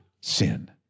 sin